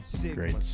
Great